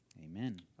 Amen